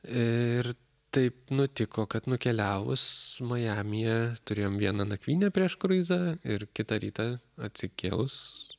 ir taip nutiko kad nukeliavus majamyje turėjom vieną nakvynę prieš kruizą ir kitą rytą atsikėlus